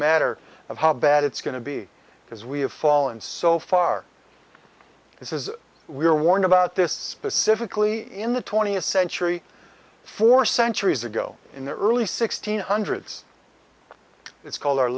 matter of how bad it's going to be because we have fallen so far this is we were warned about this specifically in the twentieth century four centuries ago in the early sixty's hundreds it's called our